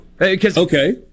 Okay